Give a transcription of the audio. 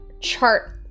chart